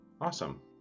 Awesome